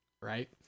Right